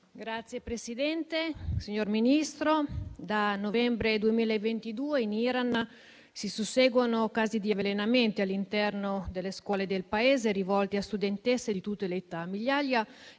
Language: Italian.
Signor Presidente, signor Ministro, da novembre 2022 in Iran si susseguono casi di avvelenamenti all'interno delle scuole del Paese rivolti a studentesse di tutte le età.